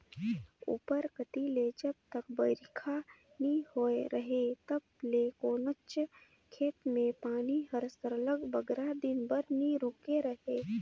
उपर कती ले जब तक बरिखा नी होए रहें तब ले कोनोच खेत में पानी हर सरलग बगरा दिन बर नी रूके रहे